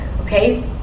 Okay